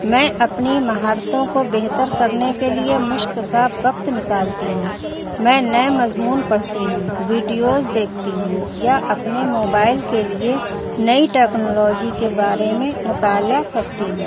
میں اپنی مہارتوں کو بہتر کرنے کے لیے مشق کا وقت نکالتی ہوں میں نئے مضمون پڑھتی ہوں ویڈیوز دیکھتی ہوں یا اپنے موبائل کے لیے نئی ٹیکنالوجی کے بارے میں مطالعہ کرتی ہوں